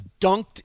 dunked